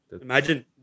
Imagine